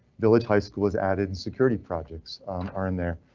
village high school is added. security projects are in there.